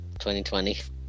2020